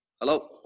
Hello